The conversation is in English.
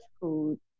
food